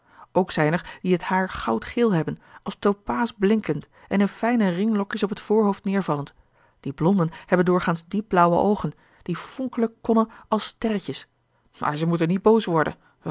ook zijn er die het haar goudgeel hebben als topaas blinkend en in fijne ringlokjes op het voorhoofd neêrvallend die blonden hebben doorgaans diep blauwe oogen die vonkelen konnen als sterretjes maar ze moeten niet boos worden